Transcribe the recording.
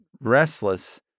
restless